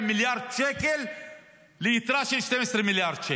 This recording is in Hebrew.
מיליארד שקל ליתרה של 12 מיליארד שקל.